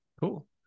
Cool